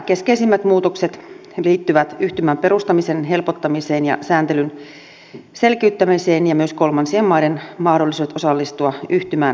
keskeisimmät muutokset liittyvät yhtymän perustamisen helpottamiseen ja sääntelyn selkiyttämiseen ja myös kolmansien maiden mahdollisuudet osallistua yhtymään laajentuvat